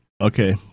Okay